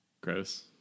Gross